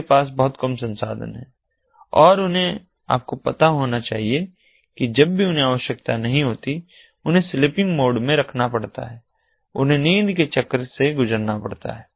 उनके पास बहुत कम संसाधन हैं और उन्हें आपको पता होना चाहिए कि जब भी उन्हें आवश्यकता नहीं होती है तो उन्हें स्लीपिंग मोड में रखना पड़ता है उन्हें नींद के चक्र से गुजरना पड़ता है